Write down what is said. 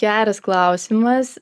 geras klausimas